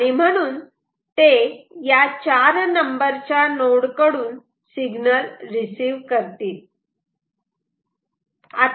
आणि म्हणून ते या 4 नंबरच्या नोड कडून सिग्नल रिसीव करतील